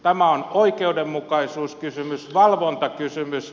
tämä on oikeudenmukaisuuskysymys valvontakysymys